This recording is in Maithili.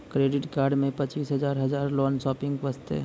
क्रेडिट कार्ड मे पचीस हजार हजार लोन शॉपिंग वस्ते?